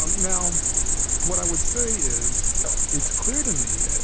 um now what i would say is it's clear to me,